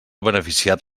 beneficiat